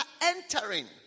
entering